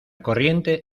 corriente